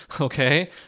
okay